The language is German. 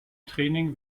training